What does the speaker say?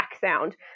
sound